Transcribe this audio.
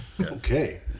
Okay